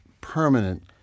permanent